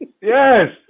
yes